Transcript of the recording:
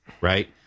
right